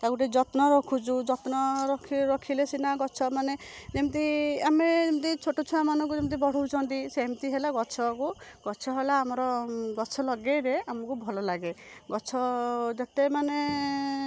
ତାକୁ ଟିକେ ଯତ୍ନ ରଖୁଛୁ ଯତ୍ନ ରଖି ରଖିଲେ ସିନା ଗଛମାନେ ଯେମିତି ଆମେ ଯେମିତି ଛୋଟଛୁଆ ମାନଙ୍କୁ ଯେମିତି ବଢ଼ଉଛନ୍ତି ସେମିତି ହେଲା ଗଛକୁ ଗଛହେଲା ଆମର ଗଛ ଲଗାଇଲେ ଆମକୁ ଭଲ ଲାଗେ ଗଛ ଯେତେ ମାନେ